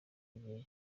igihe